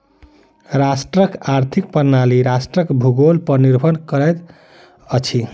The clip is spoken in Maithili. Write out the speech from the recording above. राष्ट्रक आर्थिक प्रणाली राष्ट्रक भूगोल पर निर्भर करैत अछि